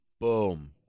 Boom